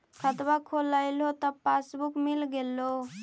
खतवा खोलैलहो तव पसबुकवा मिल गेलो?